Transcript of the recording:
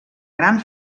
gran